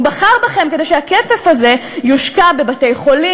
הוא בחר בכם כדי שהכסף הזה יושקע בבתי-חולים,